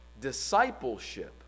discipleship